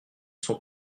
sont